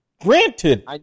Granted